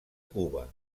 cuba